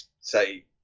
say